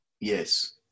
Yes